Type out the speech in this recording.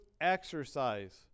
exercise